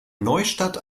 neustadt